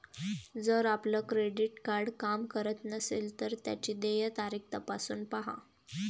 जर आपलं credit card काम करत नसेल तर त्याची देय तारीख तपासून पाहा